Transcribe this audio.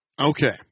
Okay